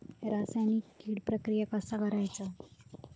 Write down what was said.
रासायनिक कीड प्रक्रिया कसा करायचा?